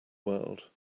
world